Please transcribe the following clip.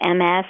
MS